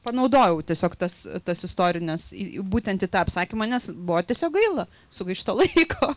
panaudojau tiesiog tas tas istorines į į būtent į tą apsakymą nes buvo tiesiog gaila sugaišto laiko